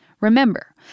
Remember